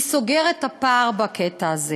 היא סוגרת את הפער בקטע הזה.